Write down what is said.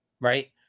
right